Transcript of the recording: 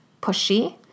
pushy